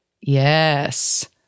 Yes